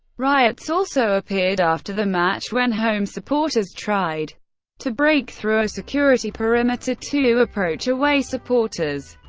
riots also appeared after the match when home supporters tried to break through a security perimeter to approach away supporters.